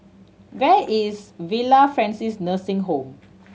where is Villa Francis Nursing Home